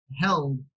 held